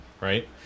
right